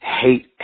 hate